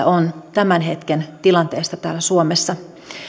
on tämän hetken tilanteesta täällä suomessa